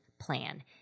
plan